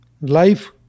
life